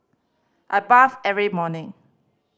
I bathe every morning